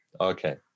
Okay